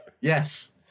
Yes